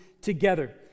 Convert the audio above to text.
together